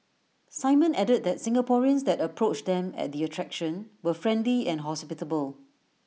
simon added that Singaporeans that approached them at the attraction were friendly and hospitable